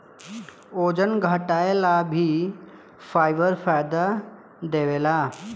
ओजन घटाएला भी फाइबर फायदा देवेला